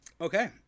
Okay